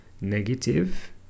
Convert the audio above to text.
negative